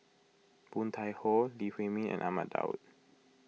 Woon Tai Ho Lee Huei Min and Ahmad Daud